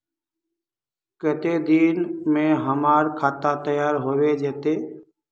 केते दिन में हमर खाता तैयार होबे जते?